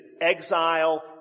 exile